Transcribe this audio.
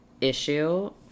issue